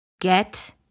get